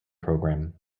program